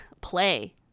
play